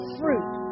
fruit